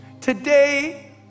Today